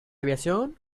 aviación